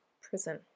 prison